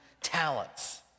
talents